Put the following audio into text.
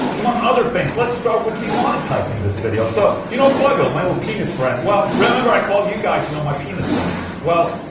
among other things, let's start with demonetizing this video, so. you know pluggo, my little penis friend, well. remember i called you guys, you know, my penis friends? well.